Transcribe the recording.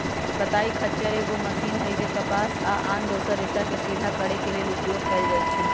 कताइ खच्चर एगो मशीन हइ जे कपास आ आन दोसर रेशाके सिधा करे लेल उपयोग कएल जाइछइ